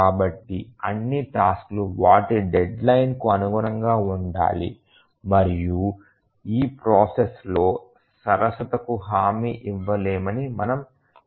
కాబట్టి అన్ని టాస్క్లు వాటి డెడ్ లైన్ కు అనుగుణంగా ఉండాలి మరియు ఈ ప్రాసెస్ లో సరసతకు హామీ ఇవ్వలేమని మనము చూస్తాము